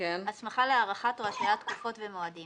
"הסמכה להארכת או השהיית תקופות ומועדים